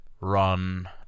run